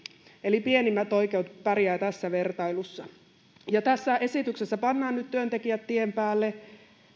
eli pienimmät oikeudet pärjäävät tässä vertailussa tässä esityksessä pannaan nyt työntekijät tien päälle ja